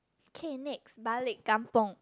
okay next balik kampung